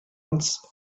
ants